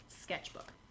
sketchbook